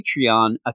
Patreon